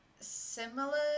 similar